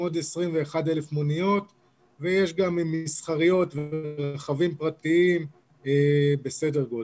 עוד 21,000 מוניות ויש גם מסחריות ורכבים פרטיים בסדר גודל.